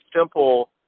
simple